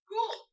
Cool